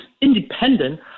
independent